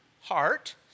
heart